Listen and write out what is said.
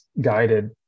guided